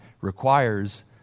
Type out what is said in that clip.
requires